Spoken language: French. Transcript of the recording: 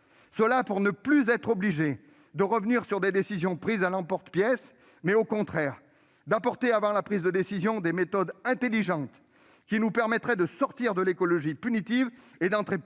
ne soyons plus contraints de revenir sur des décisions prises à l'emporte-pièce, en mettant en oeuvre, avant la prise de décision, des méthodes intelligentes qui nous permettraient de sortir de l'écologie punitive et d'entrer